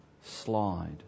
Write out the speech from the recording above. slide